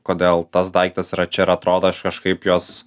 kodėl tas daiktas yra čia ir atrodo aš kažkaip juos